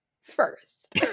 first